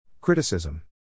Criticism